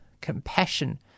compassion